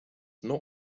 not